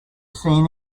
seen